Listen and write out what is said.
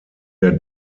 der